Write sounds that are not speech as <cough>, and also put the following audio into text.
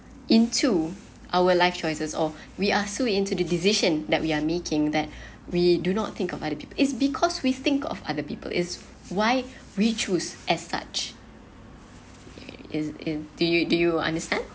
into our life choices or we are so into the decision that we are making that <breath> we do not think of other people is because we think of other people is why we choose as such is in do you do you understand